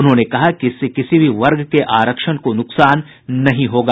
उन्होंने कहा कि इससे किसी भी वर्ग के आरक्षण को नुकसान नहीं होगा